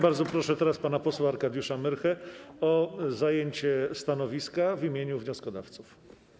Bardzo proszę pana posła Arkadiusza Myrchę o zajęcie stanowiska w imieniu wnioskodawców.